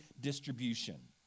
distribution